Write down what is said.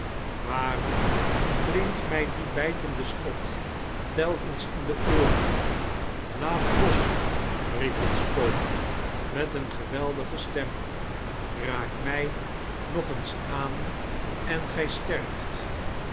waarom klinkt mij die foijtende spot telkens in de ooren laat los riep het spook met eene geweldige stem eaak mij nog eens aan em gij steirft